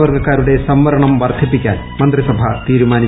വർഗക്കാരുടെ സംവരണം വർദ്ധിപ്പിക്കാൻ മന്ത്രിസഭ തീരുമാനിച്ചു